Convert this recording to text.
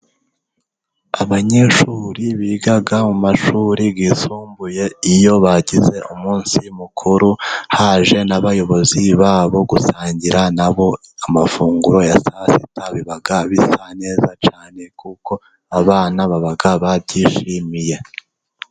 Abanyeshuri biga mu mashuri yisumbuye, iyo bagize umunsi mukuru haje n'abayobozi babo gusangira na bo, amafunguro ya sa sita, biba bisa neza cyane kuko abana baba babyishimiye.